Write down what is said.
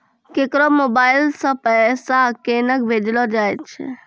केकरो मोबाइल सऽ पैसा केनक भेजलो जाय छै?